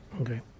Okay